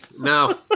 No